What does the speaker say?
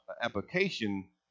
application